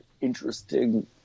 interesting